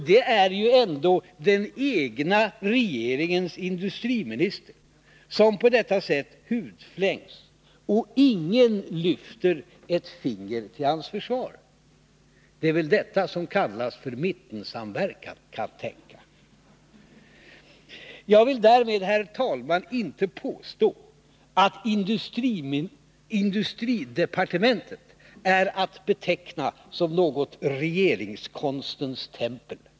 Det är ändå den egna regeringens industriminister som på detta sätt hudflängs, och ingen lyfter ett finger till hans försvar. Det är väl detta som kallas för mittensamverkan, kantänka. Jag vill därmed inte, herr talman, påstå att industridepartementet är att beteckna som något regeringskonstens tempel.